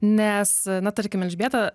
nes na tarkim elžbieta